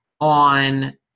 on